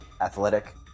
athletic